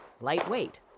Lightweight